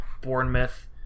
Bournemouth